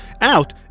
out